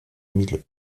mille